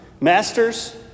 Masters